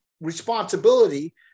responsibility